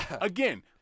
Again